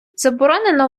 заборонено